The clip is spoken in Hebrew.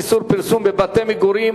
איסור פרסום בבתי-מגורים),